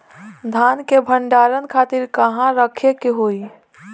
धान के भंडारन खातिर कहाँरखे के होई?